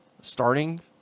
starting